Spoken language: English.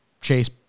Chase